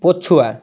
ପଛୁଆ